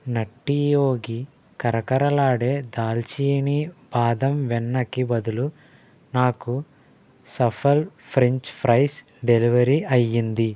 nutty Yogi కరకరలాడే దాల్చీనీ బాదం వెన్నకి బదులు నాకు సఫల్ ఫ్రెంచ్ ఫ్రైస్ డెలివరి అయ్యింది